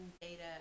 data